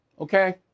Okay